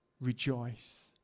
rejoice